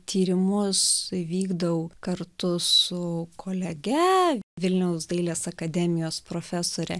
tyrimus vykdau kartu su kolege vilniaus dailės akademijos profesore